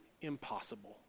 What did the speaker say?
impossible